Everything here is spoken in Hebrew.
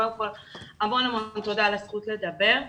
קודם כל המון המון תודה על הזכות לדבר,